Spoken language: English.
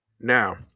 Now